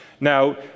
now